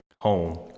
home